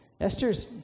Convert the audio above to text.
Esther's